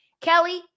Kelly